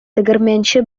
тегермәнче